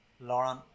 Lauren